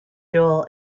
duel